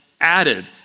added